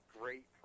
great